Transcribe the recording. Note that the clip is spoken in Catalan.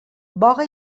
boga